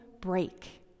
break